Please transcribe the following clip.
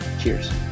Cheers